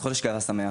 חודש גאווה שמח,